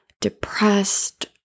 Depressed